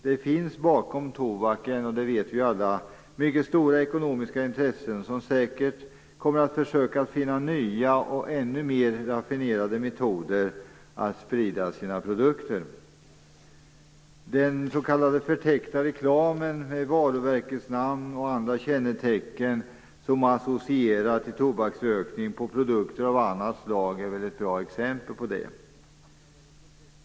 Det finns bakom tobaken, det vet vi alla, mycket stora ekonomiska intressen som säkert kommer att försöka finna nya och ännu mer raffinerade metoder att sprida sina produkter. Den s.k. förtäckta reklamen, med varumärkesnamn och andra kännetecken som associerar till tobaksrökning på produkter av annat slag, är väl ett bra exempel på det.